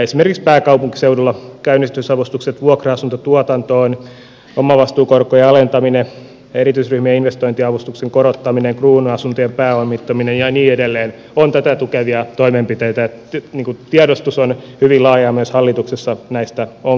esimerkiksi pääkaupunkiseudulla käynnistämisavustukset vuokra asuntotuotantoon omavastuukorkojen alentaminen erityisryhmien investointiavustuksen korottaminen kruunuasuntojen pääomittaminen ja niin edelleen ovat tätä tukevia toimenpiteitä eli tiedostus on hyvin laajaa myös hallituksessa näistä ongelmista